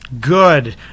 Good